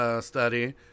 study